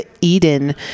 Eden